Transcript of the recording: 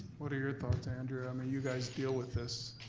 what are your thoughts, andrea? i mean, you guys deal with this.